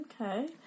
Okay